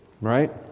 right